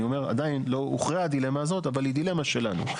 עדיין לא הוכרעה הדילמה הזאת אבל היא דילמה שלנו,